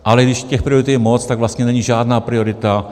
Ale když těch priorit je moc, tak vlastně není žádná priorita.